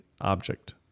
object